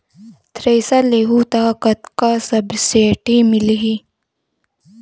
Thresher लेहूं त कतका सब्सिडी मिलही?